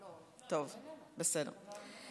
טוב, בסדר.